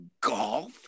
golf